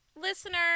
listener